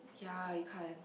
ya you can't